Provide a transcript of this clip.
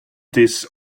this